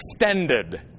extended